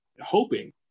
hoping